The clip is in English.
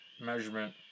measurement